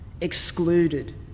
excluded